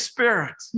Spirit